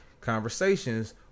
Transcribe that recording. conversations